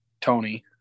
tony